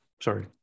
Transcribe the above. sorry